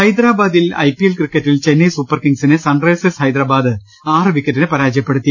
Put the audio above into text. ഹൈദരാബാദിൽ ഐപിഎൽ ക്രിക്കറ്റിൽ ചെന്നൈ സൂപ്പർ കിംഗ് സിനെ സൺറൈസേഴ് സ് ഹൈദരാബാദ് ആറ് വിക്കറ്റിന് പരാജയപ്പെടുത്തി